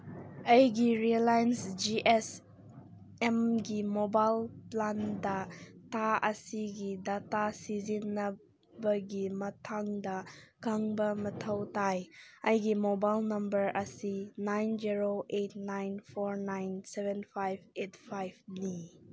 ꯑꯩꯒꯤ Reliance G S ꯑꯦꯝꯒꯤ mobile ꯄ꯭ꯂꯥꯟꯗ ꯊꯥ ꯑꯁꯤꯒꯤ ꯗꯇꯥ ꯁꯤꯖꯤꯟꯅꯕꯒꯤ ꯃꯇꯥꯡꯗ ꯈꯪꯕ ꯃꯊꯧ ꯇꯥꯏ ꯑꯩꯒꯤ ꯃꯣꯕꯥꯏꯜ ꯅꯝꯕꯔ ꯑꯁꯤ nine zero eight nine four seven five eight ꯐꯥꯏꯚꯅꯤ